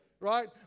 right